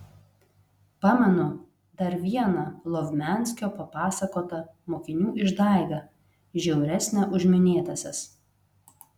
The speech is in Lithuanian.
pamenu dar vieną lovmianskio papasakotą mokinių išdaigą žiauresnę už minėtąsias